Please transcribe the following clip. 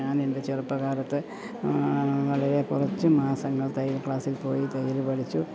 ഞാൻ എൻ്റെ ചെറുപ്പകാലത്ത് വളരെ കുറച്ച് മാസങ്ങൾ തയ്യൽ ക്ലാസ്സിൽ പോയി തയ്യൽ പഠിച്ചു